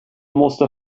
måste